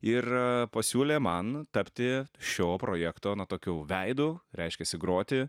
ir pasiūlė man tapti šio projekto nu tokiu veidu reiškiasi groti